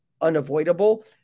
unavoidable